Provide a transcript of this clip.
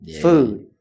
Food